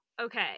Okay